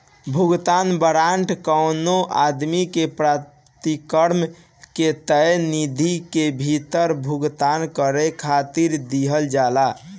भुगतान वारंट कवनो आदमी के प्राप्तकर्ता के तय तिथि के भीतर भुगतान करे खातिर दिहल जाला